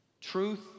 truth